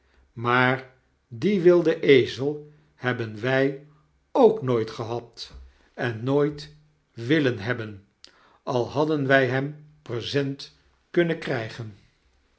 maar dien wilden ezel hebben wij ook nooit gehad en nooit willen hebben al hadden wij hem present kunnen krygen